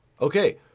Okay